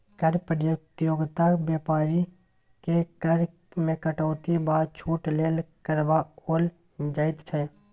कर प्रतियोगिता बेपारीकेँ कर मे कटौती वा छूट लेल करबाओल जाइत छै